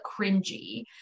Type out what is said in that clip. cringy